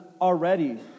already